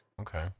okay